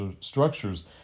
structures